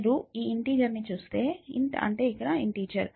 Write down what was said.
మీరు ఈ ఇంటిజెర్ ని చూస్తే int అంటే ఇంటిజర్